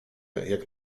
jak